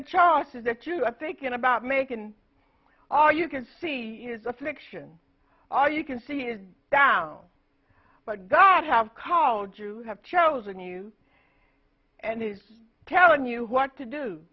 charges that you are thinking about making are you can see his affliction all you can see is down but god have called you have chosen you and is telling you what to do